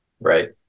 Right